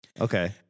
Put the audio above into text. okay